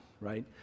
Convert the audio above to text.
Right